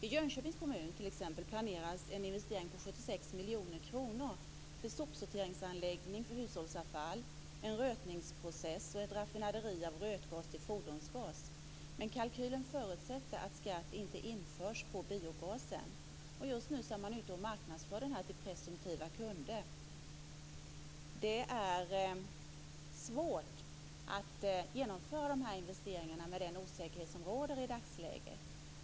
I Jönköpings kommun planeras t.ex. en investering om 76 miljoner kronor för en sopsorteringsanläggning för hushållsavfall, en rötningsprocess och ett raffinaderi för omvandling av rötgas till fordonsgas. Kalkylen förutsätter dock att skatt inte införs på biogasen. Man marknadsför just nu detta till presumtiva kunder. Det är svårt att genomföra de här investeringarna med den osäkerhet som råder i dagsläget.